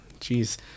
Jeez